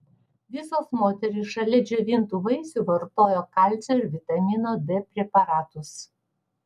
visos moterys šalia džiovintų vaisių vartojo kalcio ir vitamino d preparatus